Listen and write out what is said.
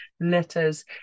letters